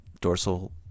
dorsal